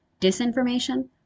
disinformation